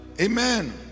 amen